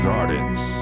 Gardens